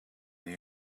they